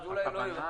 אז אולי לא הבנת.